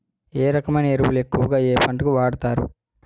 ఏ రకమైన ఎరువులు ఎక్కువుగా ఏ పంటలకు వాడతారు?